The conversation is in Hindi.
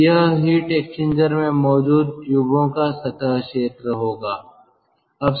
तो यह हीट एक्सचेंजर में मौजूद ट्यूबों का सतह क्षेत्र होगा